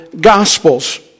Gospels